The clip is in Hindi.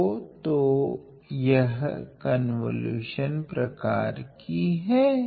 तो तो यह कोंवोलुशन प्रकार कि है